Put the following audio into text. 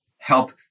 help